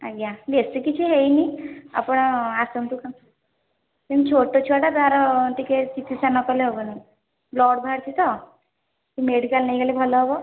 ଆଜ୍ଞା ବେଶୀ କିଛି ହେଇନି ଆପଣ ଆସନ୍ତୁ ସେ ଛୋଟଛୁଆଟା ତାର କ'ଣ ଟିକିଏ ଚିକିତ୍ସା ନ କଲେ ହବନି ବ୍ଲଡ଼୍ ବାହାରିଛି ତ ମେଡ଼ିକାଲ୍ ନେଇଗଲେ ଭଲ ହବ